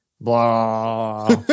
Blah